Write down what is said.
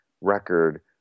record